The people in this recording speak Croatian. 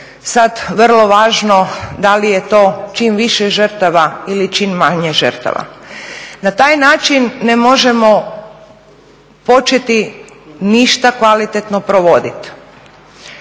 sad vrlo važno da li je to čim više žrtava ili čim manje žrtava. Na taj način ne možemo početi ništa kvalitetno provodit.